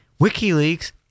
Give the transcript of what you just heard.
WikiLeaks